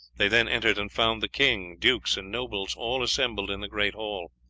they then entered and found the king, dukes, and nobles all assembled in the great hall.